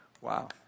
Wow